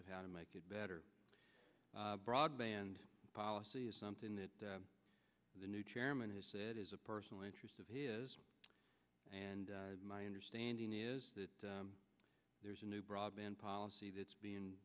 of how to make it better broadband policy is something that the new chairman has said is a personal interest of his and my understanding is that there's a new broadband policy that's being